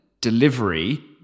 delivery